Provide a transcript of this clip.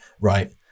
right